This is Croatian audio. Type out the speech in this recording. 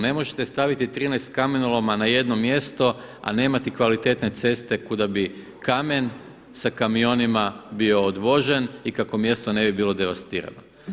Ne možete staviti 13 kamenoloma na jedno mjesto a nemati kvalitetne ceste kuda bi kamen sa kamionima bio odvožen i kako mjesto ne bi bilo devastirano.